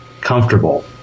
comfortable